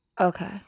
okay